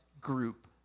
group